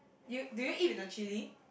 you do you eat with the chili